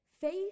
Faith